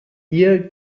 ihr